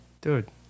Dude